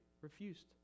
Refused